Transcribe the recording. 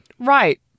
Right